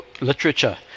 literature